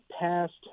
past